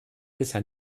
bisher